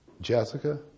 Jessica